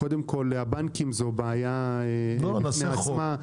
קודם כל, הבנקים, זו בעיה בפני עצמה.